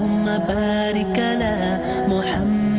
my bed again and